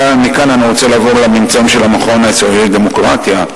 מכאן אני רוצה לעבור לממצאים של המכון הישראלי לדמוקרטיה.